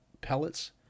pellets